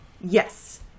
Yes